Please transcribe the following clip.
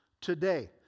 today